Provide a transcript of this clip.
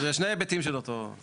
זה שני היבטים של אותו עניין.